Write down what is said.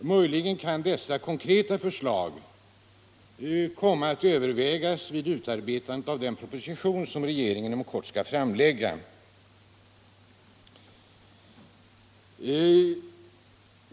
Möjligen kan dessa konkreta förslag komma att övervägas vid utarbetandet av den proposition som regeringen inom kort skall framlägga.